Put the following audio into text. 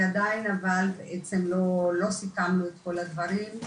ועדיין אבל בעצם לא סיכמנו את כל הדברים.